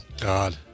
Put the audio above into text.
God